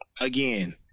Again